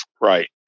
Right